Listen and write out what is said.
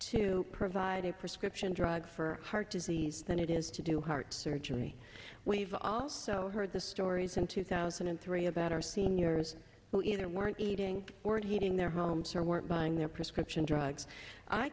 to provide a prescription drug for heart disease than it is to do heart surgery when you've also heard the stories in two thousand and three about our seniors who either weren't eating or to heating their homes or weren't buying their prescription drugs